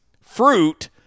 fruit